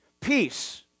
Peace